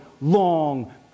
long